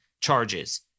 charges